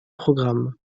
programme